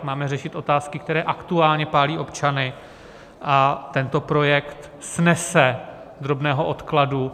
Máme řešit otázky, které aktuálně pálí občany, a tento projekt snese drobného odkladu.